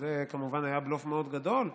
שזה כמובן היה בלוף מאוד גדול,